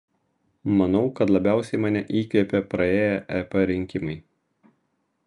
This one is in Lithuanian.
manau kad labiausiai mane įkvėpė praėję ep rinkimai